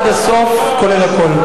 עד הסוף, כולל הכול.